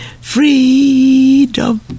Freedom